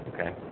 Okay